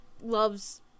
loves